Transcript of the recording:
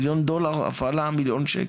מיליון דולר הפעלה, מיליון שקל.